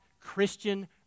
Christian